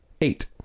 eight